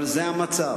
אבל זה המצב.